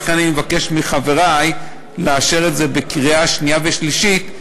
לכן אני מבקש מחברי לאשר את זה בקריאה שנייה ושלישית,